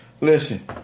Listen